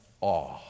awe